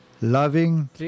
loving